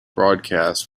broadcasts